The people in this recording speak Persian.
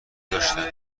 داشتن